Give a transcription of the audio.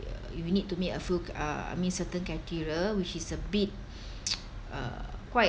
you need to meet a f~ uh meet certain criteria which is a bit uh quite